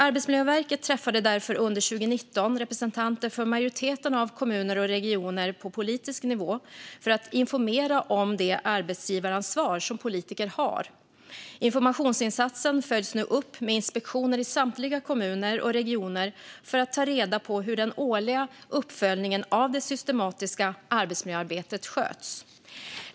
Arbetsmiljöverket träffade därför under 2019 representanter för majoriteten av kommuner och regioner på politisk nivå för att informera om det arbetsgivaransvar som politiker har. Informationsinsatsen följs nu upp med inspektioner i samtliga kommuner och regioner för att ta reda på hur den årliga uppföljningen av det systematiska arbetsmiljöarbetet sköts.